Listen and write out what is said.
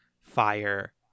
fire